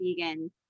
vegan